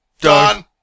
Done